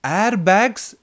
airbags